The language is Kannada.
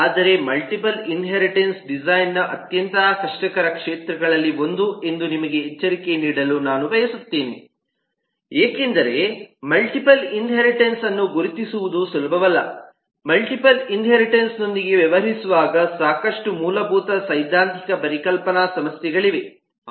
ಆದರೆ ಮಲ್ಟಿಪಲ್ ಇನ್ಹೇರಿಟನ್ಸ್ ಡಿಸೈನ್ನ ಅತ್ಯಂತ ಕಷ್ಟಕರ ಕ್ಷೇತ್ರಗಳಲ್ಲಿ ಒಂದು ಎಂದು ನಿಮಗೆ ಎಚ್ಚರಿಕೆ ನೀಡಲು ನಾನು ಬಯಸುತ್ತೇನೆ ಏಕೆಂದರೆ ಮಲ್ಟಿಪಲ್ ಇನ್ಹೇರಿಟನ್ಸ್ಅನ್ನು ಗುರುತಿಸುವುದು ಸುಲಭವಲ್ಲ ಮಲ್ಟಿಪಲ್ ಇನ್ಹೇರಿಟನ್ಸ್ನೊಂದಿಗೆ ವ್ಯವಹರಿಸುವಾಗ ಸಾಕಷ್ಟು ಮೂಲಭೂತ ಸೈದ್ಧಾಂತಿಕ ಪರಿಕಲ್ಪನಾ ಸಮಸ್ಯೆಗಳಿವೆ